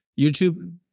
YouTube